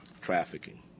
trafficking